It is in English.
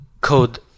code